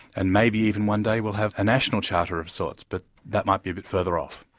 and maybe even one day we'll have a national charter of sorts, but that might be a bit further off.